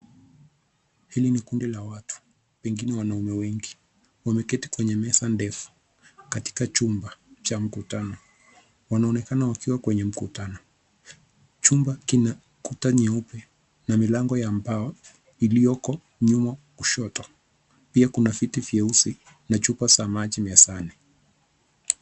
Hili ni kundi la watu, pengine wanaume wengi. Wameketi kwenye meza ndefu katika chumba cha mkutano. Wanaonekana wakiwa kwenye mkutano. Chumba kina kuta nyeupe na milango ya mbao iliyoko nyuma kushoto. Pia kuna viti vyeusi na chupa za maji mezani.